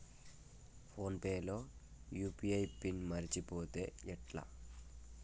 Phone pay లో UPI PIN మరచిపోతే ఎట్లా?